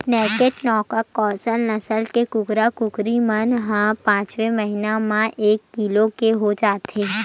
naked neck cross नसल के कुकरा, कुकरी मन ह पाँचे महिना म एक किलो के हो जाथे